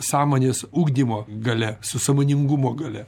sąmonės ugdymo galia su sąmoningumo galia